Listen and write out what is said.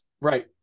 Right